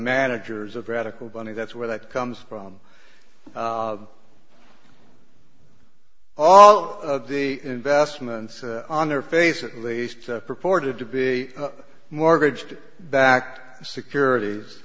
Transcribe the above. managers of radical bunny that's where that comes from all of the investments on their face at least purported to be mortgaged backed securities